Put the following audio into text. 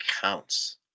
counts